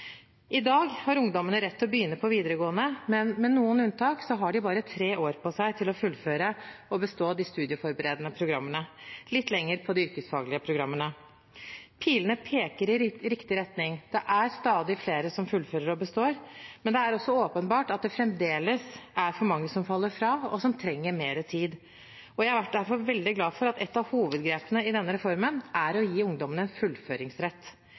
I dag har ungdommene rett til å begynne på videregående, men med noen unntak har de bare tre år på seg til å fullføre og bestå de studieforberedende programmene – litt lengre på de yrkesfaglige programmene. Pilene peker i riktig retning, det er stadig flere som fullfører og består, men det er også åpenbart at det fremdeles er for mange som faller fra, og som trenger mer tid. Jeg er derfor veldig glad for at et av hovedgrepene i denne reformen er å gi ungdommene en fullføringsrett,